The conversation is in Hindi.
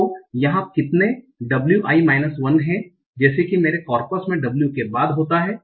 तो यहाँ कितने w i माइनस 1 हैं जैसे कि मेरे कॉर्पस में w के बाद होता है